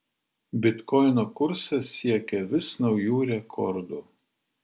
bitkoino kursas siekia vis naujų rekordų